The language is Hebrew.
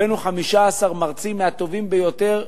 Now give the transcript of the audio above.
הבאנו 15 מרצים מהטובים ביותר,